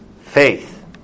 Faith